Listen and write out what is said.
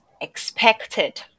expected